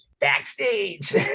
Backstage